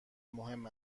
مهم